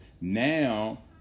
Now